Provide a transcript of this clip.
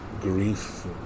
grief